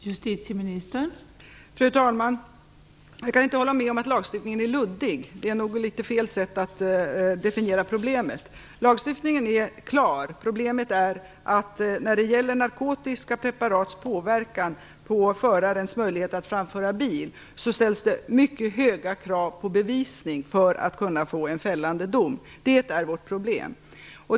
Fru talman! Jag kan inte hålla med om att lagstiftningen är luddig. Det är nog fel sätt att definiera problemet. Lagstiftningen är klar. Problemet är att det ställs mycket höga krav på bevisning för att få en fällande dom när det gäller narkotiska preparats påverkan på förarens möjlighet att framföra bil. Det är vårt problem.